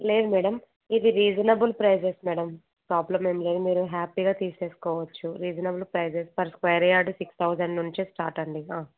లేదు మేడం ఇది reasonable prices madam problem ఏం లేదు మీరు హ్యాపీగా తీసేసుకోవచ్చు reasonable prices for square yard six thousand నుంచే స్టార్ట్ అండి